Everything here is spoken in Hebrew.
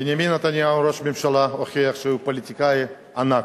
בנימין נתניהו ראש הממשלה הוכיח שהוא פוליטיקאי ענק.